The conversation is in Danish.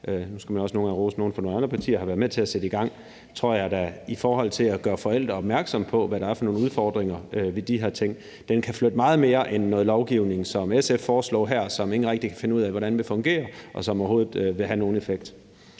nu skal man også nogle gange rose nogle fra andre partier – har været med til at sætte i gang, kan flytte meget mere i forhold til at gøre forældre opmærksom på, hvad der er for nogle udfordringer ved de her ting. Jeg tror da, det kan flytte meget mere end noget lovgivning, som SF foreslår her, som ingen rigtig kan finde ud af hvordan vil fungere og om overhovedet vil have nogen effekt.